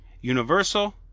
universal